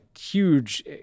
huge